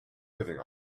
giving